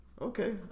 Okay